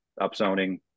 upzoning